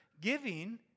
Giving